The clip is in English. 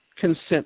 consent